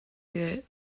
good